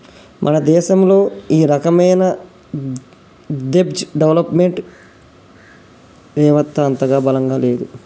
మన దేశంలో ఈ రకమైన దెబ్ట్ డెవలప్ మెంట్ వెవత్త అంతగా బలంగా లేదు